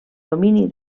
domini